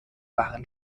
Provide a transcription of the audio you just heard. waren